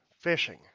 fishing